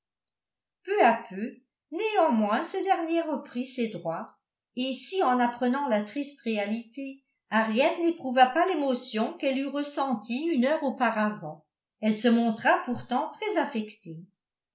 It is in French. peu à peu néanmoins ce dernier reprit ses droits et si en apprenant la triste réalité harriet n'éprouva pas l'émotion qu'elle eut ressentie une heure auparavant elle se montra pourtant très affectée